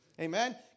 Amen